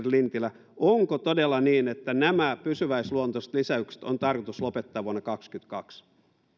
lintilä onko todella niin että nämä pysyväisluontoiset lisäykset on tarkoitus lopettaa vuonna kaksikymmentäkaksi